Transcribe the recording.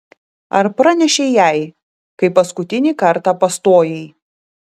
ar pranešei jai kai paskutinį kartą pastojai